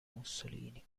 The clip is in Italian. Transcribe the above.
mussolini